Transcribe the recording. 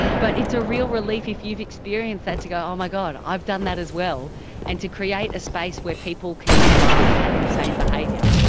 but it's a real belief if you've experienced that to go, oh my god, i've done that as well and to create a space where people can laugh at insane behaviour.